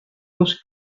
luz